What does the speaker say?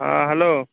হ্যাঁ হ্যালো